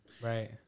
right